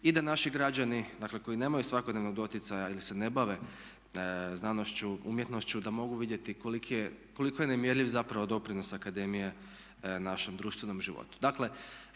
i da naši građani dakle koji nemaju svakodnevnog doticaja ili se ne bave znanošću, umjetnošću da mogu vidjeti koliko je nemjerljiv zapravo doprinos akademije našem društvenom životu. Dakle